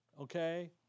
okay